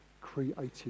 created